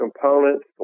components